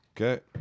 Okay